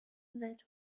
that